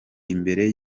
imbere